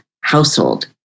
household